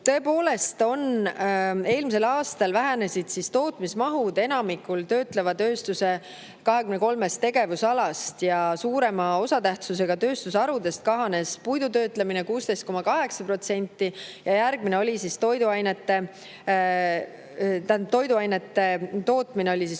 Tõepoolest, eelmisel aastal vähenesid tootmismahud enamikul töötleva tööstuse 23 tegevusalast. Suurema osatähtsusega tööstusharudest kahanes puidutöötlemine 16,8% ja järgmine oli toiduainete tootmine 3,6%‑ga.